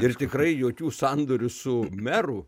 ir tikrai jokių sandorių su meru